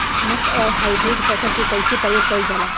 नस्ल आउर हाइब्रिड फसल के कइसे प्रयोग कइल जाला?